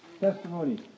testimony